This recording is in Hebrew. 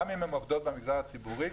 גם אם הן עובדות במגזר הציבורי,